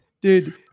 dude